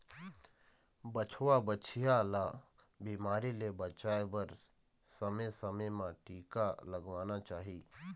बछवा, बछिया ल बिमारी ले बचाए बर समे समे म टीका लगवाना चाही